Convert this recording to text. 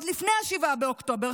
עוד לפני 7 באוקטובר,